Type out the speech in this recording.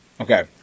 Okay